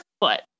foot